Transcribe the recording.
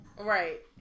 Right